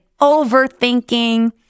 overthinking